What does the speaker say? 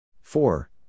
Four